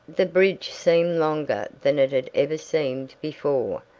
the bridge seemed longer than it had ever seemed before,